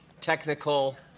technical